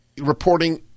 reporting